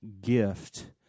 gift